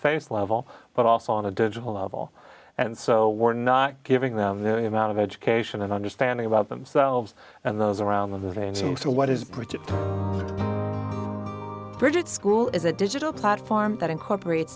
face level but also on a digital level and so we're not giving them the amount of education and understanding about themselves and those around them that they need to what is pretty rigid school is a digital platform that incorporates